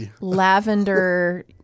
lavender